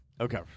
Okay